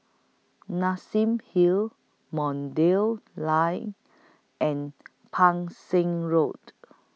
Nassim Hill Line and Pang Seng Road